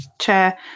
chair